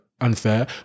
unfair